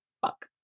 Fuck